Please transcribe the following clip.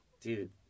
dude